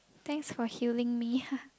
thanks for healing me